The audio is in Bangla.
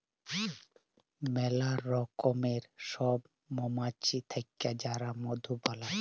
ম্যালা রকমের সব মমাছি থাক্যে যারা মধু বালাই